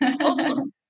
Awesome